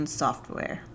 software